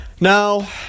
Now